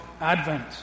Advent